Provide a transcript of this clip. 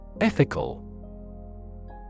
Ethical